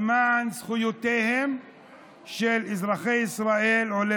למען זכויותיהם של אזרחי ישראל עולי